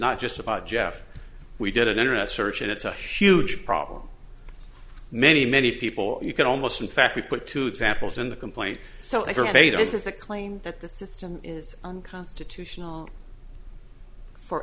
not just about jeff we did an internet search and it's a huge problem many many people you can almost in fact we put two examples in the complaint so every day this is the claim that the system is unconstitutional for